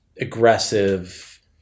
aggressive